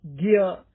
gear